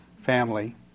family